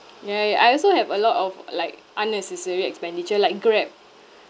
ya ya I also have a lot of like unnecessary expenditure like Grab